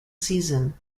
season